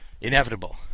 Inevitable